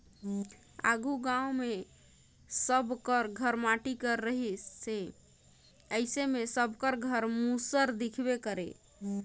आघु गाँव मे सब कर घर माटी कर रहत रहिस अइसे मे सबकर घरे मूसर दिखबे करे